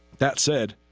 that said